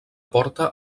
porta